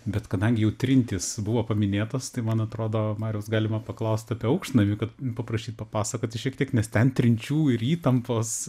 bet kadangi jau trintys buvo paminėtos tai man atrodo mariaus galima paklaust apie aukštnamį kad paprašyt papasakoti šiek tiek nes ten trinčių ir įtampos